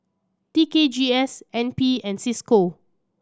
T K G S N P and Cisco